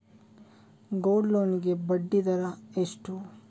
Gold loan ಗೆ ಬಡ್ಡಿ ದರ ಎಷ್ಟು?